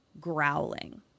growling